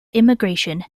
immigration